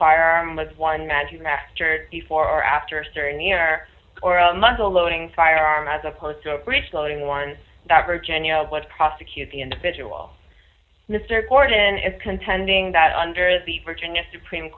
firearm was one magical factor before or after a certain year or a muzzle loading firearm as opposed to a priest loading one that virginia was prosecute the individual mr gordon is contending that under the virginia supreme